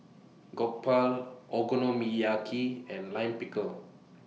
Jokbal Okonomiyaki and Lime Pickle